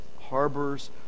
harbors